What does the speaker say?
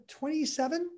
27